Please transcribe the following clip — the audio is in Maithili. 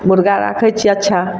मुर्गा राखैत छियै अच्छा